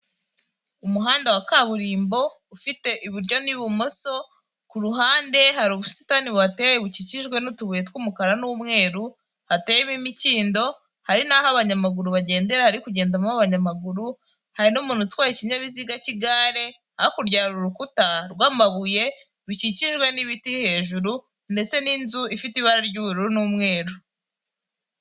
Umuhanda wa kaburimbo ufite iburyo n'ibumoso, ku ruhande hari ubusitani buhateye bukikijwe n'utubuye tw'umukara n'umweru, hateyemo imikindo, hari n'aho abanyamaguru bagendera, hari kugendamo abanyamaguru, hari n'umuntu utwaye ikinyabiziga cy'igare, hakurya hari urukuta rw'amabuye rukikijwe n'ibiti hejuru ndetse n'inzu ifite ibara ry'ubururu n'umweru.